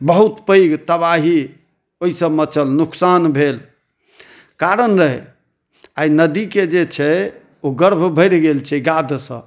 बहुत पैघ तबाही ओहिसँ मचल नुकसान भेल कारण रहै एहि नदी के जे छै ओ गर्भ भरि गेल छै गादसॅं